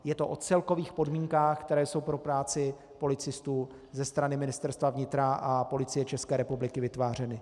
Je to o celkových podmínkách, které jsou pro práci policistů ze strany Ministerstva vnitra a Policie České republiky vytvářeny.